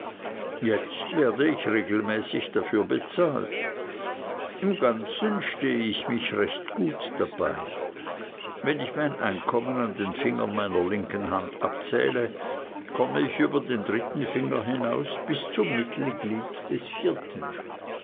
jetzt werde ich dafür regelmäßig bezahlt im ganzen stehe ich mich recht gut dabei wenn ich mein einkommen an den fingern meiner linken hand abzähle komme ich über den dritten finger hinaus bis zum mittelglied des vierten